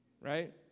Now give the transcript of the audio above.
Right